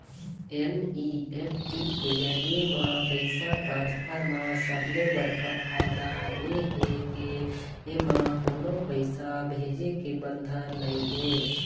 NEFT के जरिए म पइसा ट्रांसफर म सबले बड़का फायदा ए हे के एमा कोनो पइसा भेजे के बंधन नइ हे